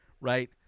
right